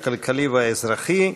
הכלכלה והאזרחי,